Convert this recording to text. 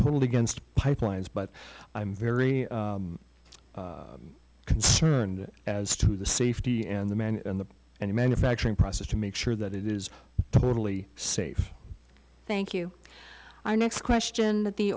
totally against pipelines but i'm very concerned as to the safety and the man and the and manufacturing process to make sure that it is totally safe thank you our next question that the